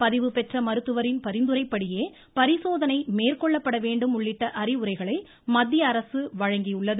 பதிவு பெற்ற மருத்துவரின் பரிந்துரைப்படியே பரிசோதனை மேற்கொள்ளப்பட வேண்டும் உள்ளிட்ட அறிவுரைகளை மத்திய அரசு வழங்கியுள்ளது